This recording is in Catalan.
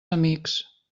amics